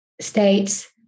states